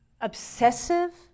obsessive